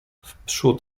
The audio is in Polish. wprzód